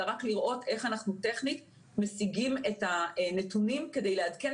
אלא רק לראות איך אנחנו טכנית משיגים את הנתונים כדי לעדכן